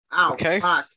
Okay